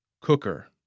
Cooker